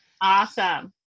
Awesome